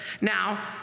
Now